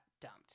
dumped